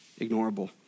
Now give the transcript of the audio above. ignorable